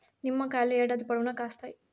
నిమ్మకాయలు ఏడాది పొడవునా కాస్తాయి